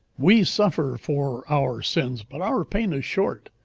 we suffer for our sins, but our pain is short.